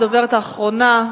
הדוברת האחרונה,